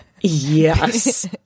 Yes